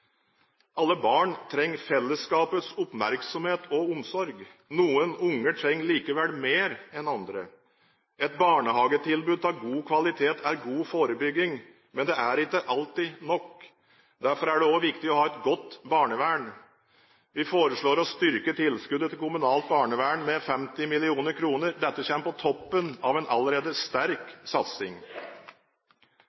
Alle barn trenger fellesskapets oppmerksomhet og omsorg. Noen barn trenger likevel mer enn andre. Et barnehagetilbud av god kvalitet er god forebygging. Men det er ikke alltid nok. Derfor er det også viktig å ha et godt barnevern. Vi foreslår å styrke tilskuddet til kommunalt barnevern med 50 mill. kr. Dette kommer på toppen av en allerede sterk